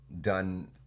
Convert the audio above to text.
done